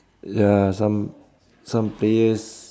uh some some players